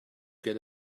get